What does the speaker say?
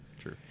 true